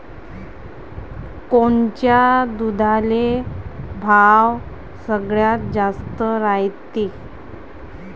कोनच्या दुधाले भाव सगळ्यात जास्त रायते?